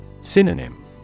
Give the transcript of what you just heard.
Synonym